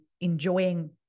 enjoying